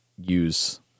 use